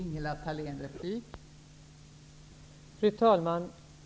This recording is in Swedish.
Fru talman!